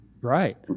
Right